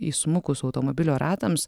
įsmukus automobilio ratams